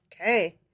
Okay